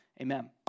Amen